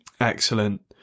excellent